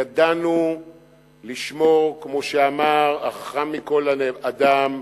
ידענו לשמור, כמו שאמר החכם מכל אדם: